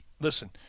listen